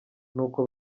nuko